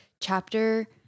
chapter